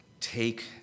take